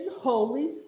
Holy